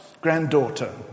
granddaughter